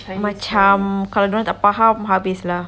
macam kalau dia orang tak faham habis lah